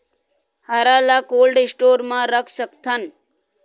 हरा ल cold store म रख सकथन?